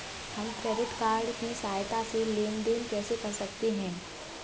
हम credit card की सहायता से लेन देन कैसे कर सकते हैं?